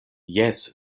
jes